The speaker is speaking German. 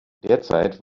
derzeit